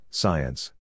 science